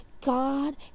God